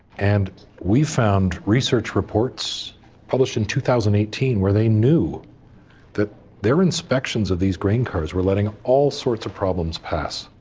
and we found research reports published in two thousand and eighteen where they knew that their inspections of these grain cars were letting all sorts of problems pass.